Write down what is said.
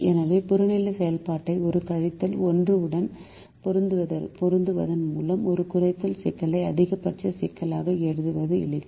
எனவே புறநிலை செயல்பாட்டை ஒரு கழித்தல் 1 உடன் பெருக்குவதன் மூலம் ஒரு குறைத்தல் சிக்கலை அதிகபட்ச சிக்கலாக எழுதுவது எளிது